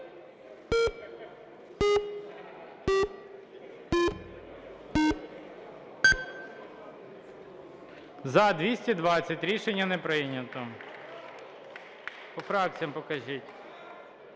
За-221 Рішення не прийнято.